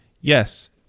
yes